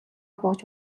бууж